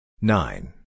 nine